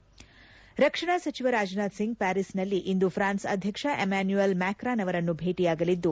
head ರಕ್ಷಣಾ ಸಚಿವ ರಾಜನಾಥ್ ಸಿಂಗ್ ಪ್ವಾರಿಸ್ನಲ್ಲಿಂದು ಪ್ರಾನ್ಸ್ ಅಧ್ಯಕ್ಷ ಎಮಾನ್ಯುಯಲ್ ಮ್ಯಾಕ್ರಾನ್ ಅವರನ್ನು ಭೇಟಿಯಾಗಲಿದ್ದು